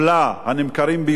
הנמכרים ביותר.